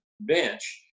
bench